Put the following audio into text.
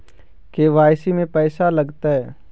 KYC में पैसा लगतै?